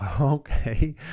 okay